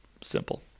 Simple